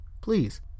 please